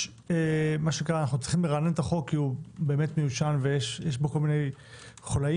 אנחנו צריכים לרענן את החוק כי הוא באמת מיושן ויש בו כל מיני חולאים.